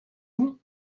vous